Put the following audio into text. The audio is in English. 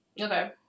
Okay